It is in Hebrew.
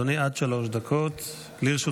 בבקשה, אדוני, עד שלוש דקות לרשותך.